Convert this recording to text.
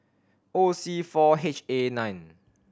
O C four H A nine